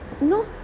no